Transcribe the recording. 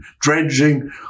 dredging